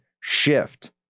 shift